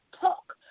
talk